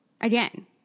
again